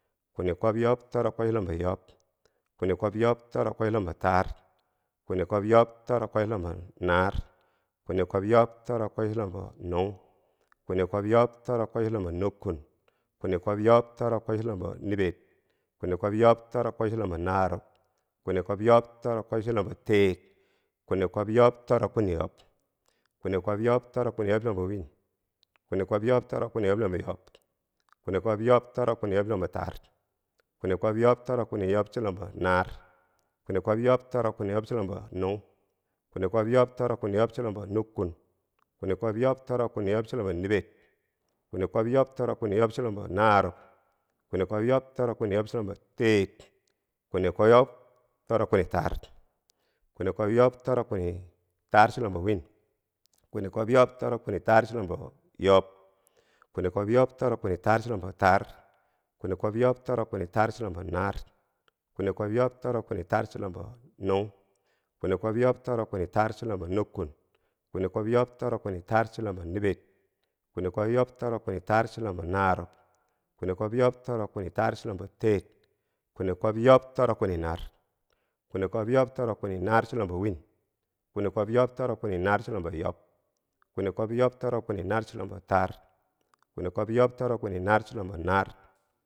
kwini kwob yob toro kwochulombo yob, kwini kwob yob toro kwobchulombo taar, kwini kwob yob toro kwobchulombo naar, kwini kwob yob toro kwobchulombo nung, kwini kwob yob toro kwobchulombo nukkun, kwini kwob yob toro kwobchulombo niber, kwini kwob yob toro kwobchulombo narub. kwini kwob yob toro kwobchulombo teer, kwini kwob yob toro kwini yob, kwini kwob yob toro kwini yob chulombo wiin, kwini kwob yob toro kwini yob chulombo yob, kwini kwob yob toro kwini yob chulombo taar, kwini kwob yob toro kwini yob chulombo naar, kwini kwob yob toro kwini yob chulombo nung. kwini kwob yob toro kwini yob chulombo nukkun, kwini kwob yob toro kwini yob chulombo niber, kwini kwob yob toro kwini yob chulombo naarub, kwini kwob yob toro kwini yob chulombo teer, kwini kwob yob toro kwini taar, kwini kwob yob toro kwini taar chulombo win, kwini kwob yob toro kwini taar chulombo yob. kwini kwob yob toro kwini taar chulombo taar, kwini kwob yob toro kwini taar chulombo naar, kwini kwob yob toro kwini taar chulombo nung, kwini kwob yob toro kwini taar chulombo nikkun, kwini kwob yob toro kwini taar chulombo niber, kwini kwob yob toro kwini taar chulombo narub, kwini kwob yob toro kwini taar chulombo teer, kwini kwob yob toro kwini naar, kwini kwab yob kwini naar chulumbo win, kwini kwob yob toro kwini naar chulumbo yob, kwini kwob yob toro kwini naar chulumbo taar, kwini kwob yob toro kwini naar chulombo naar.